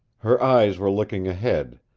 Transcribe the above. her eyes were looking ahead,